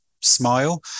smile